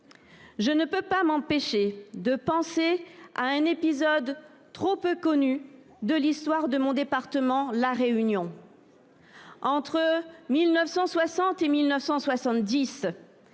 Je ne peux pas m’empêcher de penser à un épisode trop peu connu de l’histoire de mon département, La Réunion. Entre 1960 et 1970,